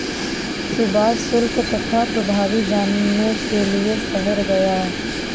सुभाष शुल्क तथा प्रभावी जानने के लिए शहर गया